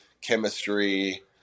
chemistry